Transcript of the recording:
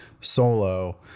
solo